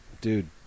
Dude